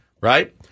right